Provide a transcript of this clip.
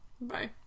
Bye